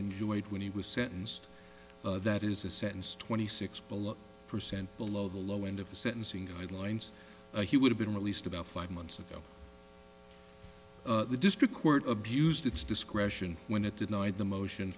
enjoyed when he was sentenced that is a sentence twenty six below percent below the low end of the sentencing guidelines he would have been released about five months ago the district court of used its discretion when it did night the motion